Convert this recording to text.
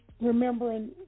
remembering